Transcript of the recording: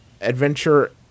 adventure